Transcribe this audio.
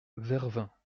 vervins